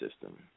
system